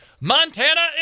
montana